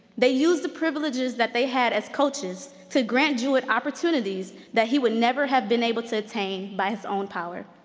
they used the privileges that they had as coaches to grant jewett opportunities that he would never have been able to attain by his own power.